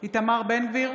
איתמר בן גביר,